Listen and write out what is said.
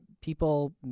people